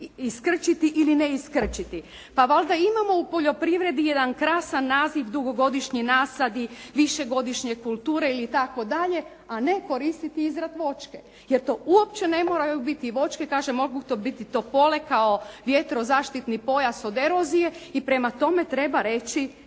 iskrčiti ili ne iskrčiti. Pa valjda imamo u poljoprivredi jedan krasan naziv, dugogodišnji nasadi, višegodišnje kulture ili tako dalje, a ne koristit izraz voćke. Jer to uopće ne moraju biti voćke, kažem mogu to biti topole, kao vjetrozaštitni pojas od erozije. I prema tome treba reći,